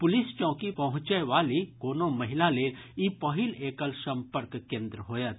police चौकी पहुंचय वाली कोनो महिला लेल ई पहिल एकल सम्पर्क केन्द्र होयत